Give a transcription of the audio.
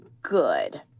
good